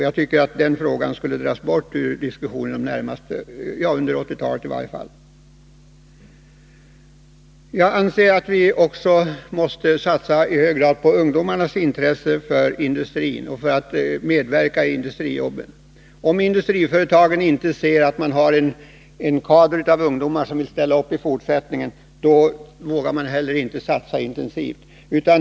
Jag tycker att denna fråga borde föras ut ur diskussionen, åtminstone under 1980-talet. Enligt min mening måste man också i hög grad satsa på ungdomarna, så att de får intresse av att ta industriarbete. Om industriföretag inte ser att de i fortsättningen har en kader av ungdomar som vill ställa upp, vågar de inte heller satsa intensivt.